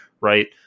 right